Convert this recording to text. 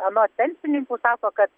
anot pensininkų sako kad